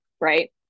right